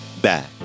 back